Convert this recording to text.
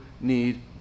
need